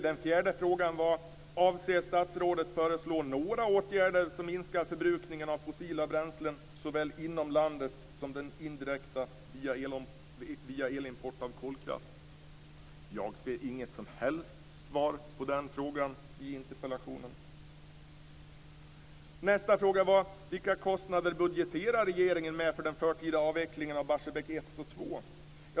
Den fjärde frågan var: Avser statsrådet att föreslå några åtgärder som minskar förbrukningen av fossila bränslen såväl inom landet som indirekt via elimport av kolkraft? Jag ser inget som helst svar på den frågan i interpellationen. Nästa fråga var: Vilka kostnader budgeterar regeringen med för den förtida avvecklingen av Barsebäck 1 och 2?